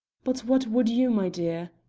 but what would you, my dear?